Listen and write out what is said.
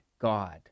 God